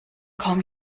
kaum